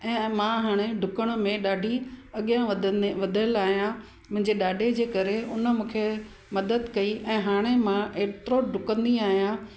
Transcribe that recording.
ऐं मां हाणे ॾुकण में ॾाढी अॻियां वधंदे वधियल आहियां मुंहिजे ॾाॾे जे करे उन मूंखे मदद कई ऐं हाणे मां एतिरो ॾुकंदी आहियां